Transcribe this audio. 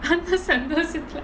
சந்தோஷத்துல:santhoshathula